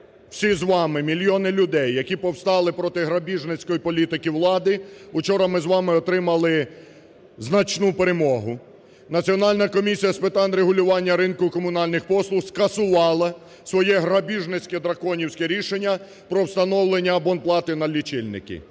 всі з вами, мільйони людей, які повстали проти грабіжницької політики влади, вчора ми з вами отримали значну перемогу. Національна комісія з питань регулювання ринку комунальних послуг скасувала своє грабіжницьке драконівське рішення про встановлення абонплати на лічильники.